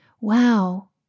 wow